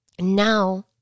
now